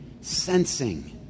Sensing